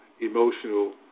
emotional